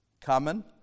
Common